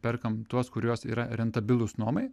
perkam tuos kuriuos yra rentabilūs nuomai